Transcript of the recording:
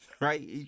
Right